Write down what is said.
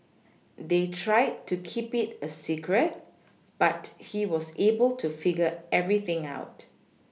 they tried to keep it a secret but he was able to figure everything out